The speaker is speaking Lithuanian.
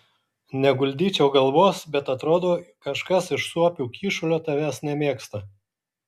neguldyčiau galvos bet atrodo kažkas iš suopių kyšulio tavęs nemėgsta